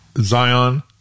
Zion